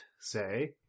say